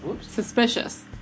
Suspicious